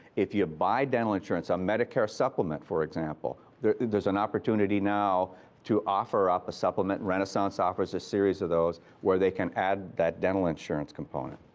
if you buy dental insurance, a medicare supplement for example, there's there's an opportunity now to offer up a supplement. renaissance offers a series of those where they can add that dental insurance component.